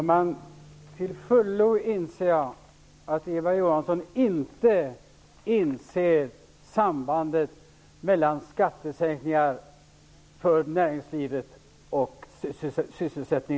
Herr talman! Jag inser till fullo att Eva Johansson inte kan se sambandet mellan skattsänkningar för näringslivet och sysselsättning.